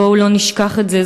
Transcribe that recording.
בואו לא נשכח את זה.